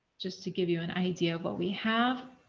just to give you an idea of what we have.